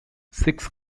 six